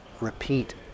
repeat